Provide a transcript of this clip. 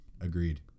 Agreed